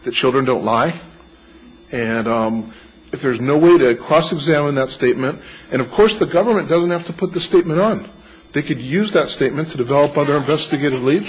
that children don't lie and if there's no way to a cross examine that statement and of course the government doesn't have to put the statement on they could use that statement to develop other investigative lea